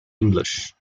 english